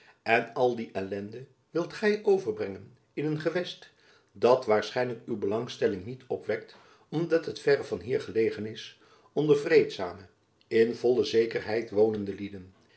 en al die ellende wilt gy overbrengen in een gewest dat waarschijnlijk uw belangstelling niet opwekt omdat het verre van hier gelegen is onder vreedzame in volle zekerheid wonende lieden